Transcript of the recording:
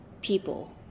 people